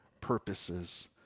purposes